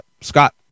Scott